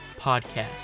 podcast